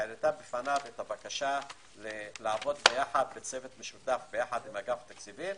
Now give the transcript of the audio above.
והעלתה בפניו את הבקשה לעבוד יחד עם אגף תקציבים,